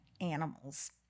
animals